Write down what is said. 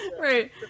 right